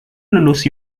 lulus